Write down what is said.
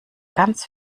ganz